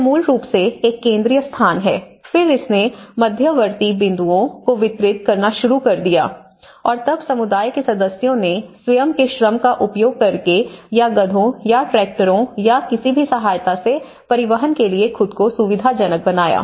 यह मूल रूप से एक केंद्रीय स्थान है फिर इसने मध्यवर्ती बिंदुओं को वितरित करना शुरू कर दिया और तब समुदाय के सदस्यों ने स्वयं के श्रम का उपयोग करके या गधों या ट्रैक्टरों या किसी भी सहायता से परिवहन के लिए खुद को सुविधाजनक बनाया